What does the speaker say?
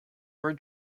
were